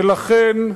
ולכן,